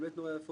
באמת נורא יפות.